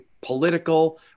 political